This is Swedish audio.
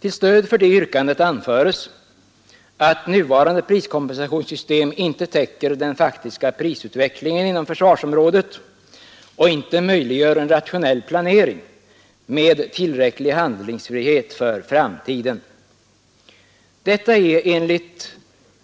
Till stöd för detta yrkande anföres att nuvarande priskompensationssystem inte täcker den faktiska prisutvecklingen inom försvarsområdet och inte möjliggör en rationell planering med tillräcklig handlingsfrihet för framtiden. Detta är enligt